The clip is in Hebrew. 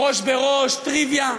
"ראש בראש", "טריוויה"?